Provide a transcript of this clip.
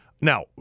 Now